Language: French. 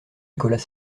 nicolas